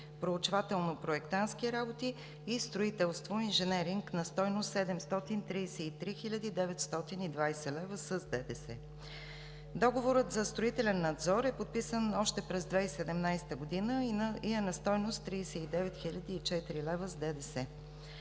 проучвателно-проектантски работи и строителство – инженеринг на стойност 733 хил. 920 лв. с ДДС. Договорът за строителен надзор е подписан още през 2017 г. и е на стойност 39 004 лв. с ДДС.